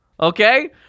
Okay